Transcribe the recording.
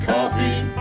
Coffee